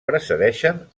precedeixen